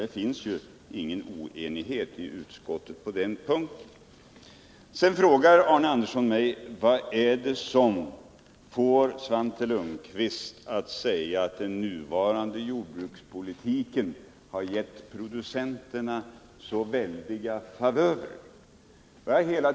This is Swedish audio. Det råder alltså ingen oenighet i utskottet på den punkten. Arne Andersson frågar mig vad det är som får mig att säga att den nuvarande jordbrukspolitiken har inneburit väldiga favörer för producenterna.